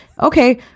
Okay